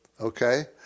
Okay